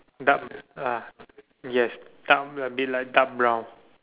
dark lah yes down the bit like dark brown